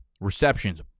Receptions